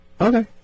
Okay